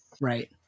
Right